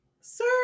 sir